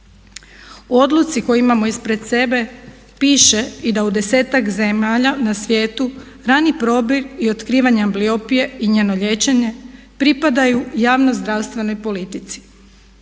O odluci koju imamo ispred sebe piše da i u desetak zemalja na svijetu rani probir i otkrivanje ambliopije i njeno liječenje pripadaju javnoj zdravstvenoj politici.